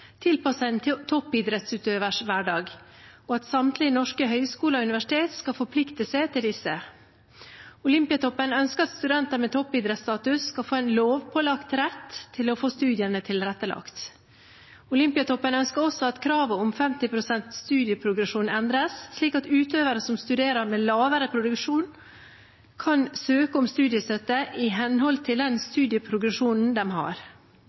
tilpasset en toppidrettsutøvers hverdag, og at samtlige norske høyskoler og universitet skal forplikte seg til disse. Olympiatoppen ønsker at studenter med toppidrettsstatus skal få en lovpålagt rett til å få studiene tilrettelagt. Olympiatoppen ønsker også at kravet om 50 pst. studieprogresjon endres, slik at utøvere som studerer med lavere progresjon, kan søke om studiestøtte i henhold til den studieprogresjonen de har.